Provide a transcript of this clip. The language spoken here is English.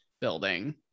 building